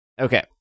Okay